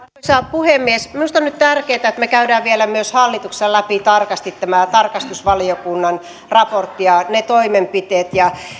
puhemies minusta on nyt tärkeää että me käymme vielä myös hallituksessa läpi tarkasti tämän tarkastusvaliokunnan raportin ja ne toimenpiteet